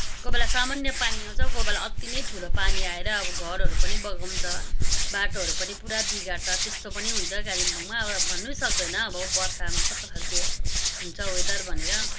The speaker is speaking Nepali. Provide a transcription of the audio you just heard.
कोही बेला सामान्य पानी आउँछ कोही बेला अति नै ठुलो पानी आएर अब घरहरू पनि बगाउँछ बाटोहरू पनि पुरा बिगार्छ त्यस्तो पनि हुन्छ कालिम्पोङमा अब भन्नु नै सक्दैन अब बर्खामा कस्तो खालके हुन्छ वेदार भनेर